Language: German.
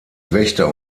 wächter